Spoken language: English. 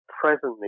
presently